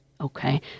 okay